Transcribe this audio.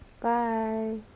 Bye